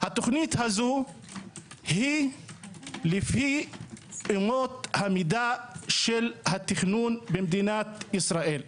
התוכנית הזו היא לפי אמות המידה של התכנון במדינת ישראל.